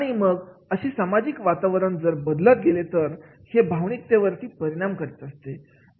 आणि मग अशी सामाजिक वातावरण जर बदलत गेले तर हे भावनिकते वरती परिणाम करीत असते